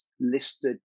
listed